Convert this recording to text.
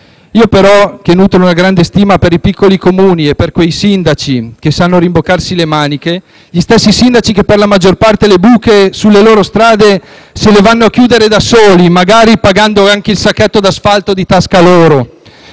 io però nutro una grande stima per i piccoli Comuni e per quei sindaci che sanno rimboccarsi le maniche, gli stessi sindaci che, per la maggior parte, le buche sulle loro strade se le vanno a chiudere da soli, magari pagando anche il sacchetto di asfalto di tasca loro,